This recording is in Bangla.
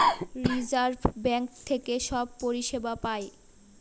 রিজার্ভ বাঙ্ক থেকে সব পরিষেবা পায়